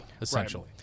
essentially